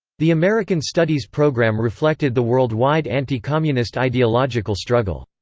the american studies program reflected the worldwide anti-communist ideological struggle.